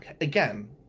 again